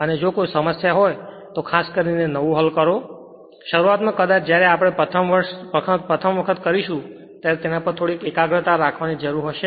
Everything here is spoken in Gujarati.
અને જો કોઈ સમસ્યા હોય તો કોઈ સમસ્યા હોય તો ખાસ કરીને નવું હલ કરો શરૂઆતમાં કદાચ જ્યારે આપણે પ્રથમ વખત કરીશું ત્યારે તેના પર થોડીક એકાગ્રતા રાખવાની જરૂર હશે